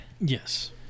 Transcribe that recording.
Yes